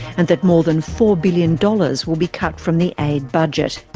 and that more than four billion dollars will be cut from the aid budget.